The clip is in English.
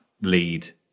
lead